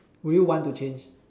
will you want to change